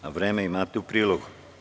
Vreme imate u prilogu.